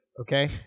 Okay